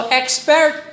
expert